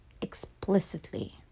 explicitly